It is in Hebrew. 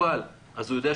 וכולי.